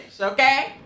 Okay